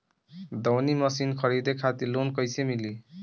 दऊनी मशीन खरीदे खातिर लोन कइसे मिली?